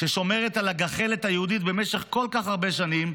ששומרת על הגחלת היהודית במשך כל כך הרבה שנים,